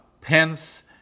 Pence